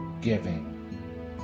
giving